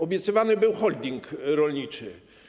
Obiecywany był holding rolniczy.